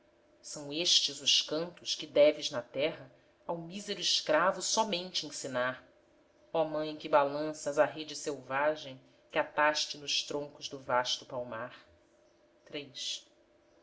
são estes os cantos que deves na terra ao mísero escravo somente ensinar ó mãe que balanças a rede selvagem que ataste nos troncos do vasto palmar